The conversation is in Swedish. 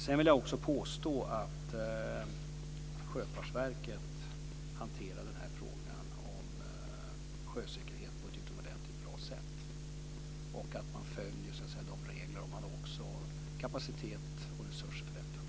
Jag vill också påstå att Sjöfartsverket hanterar frågan om sjösäkerheten på ett utomordentligt bra sätt. Man följer de regler som finns och man har också kapacitet och resurser för det.